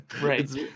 right